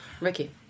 Ricky